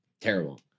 terrible